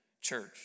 church